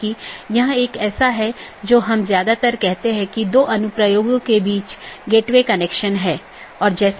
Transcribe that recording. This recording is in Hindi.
तो इस ईजीपी या बाहरी गेटवे प्रोटोकॉल के लिए लोकप्रिय प्रोटोकॉल सीमा गेटवे प्रोटोकॉल या BGP है